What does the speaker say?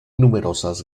numerosas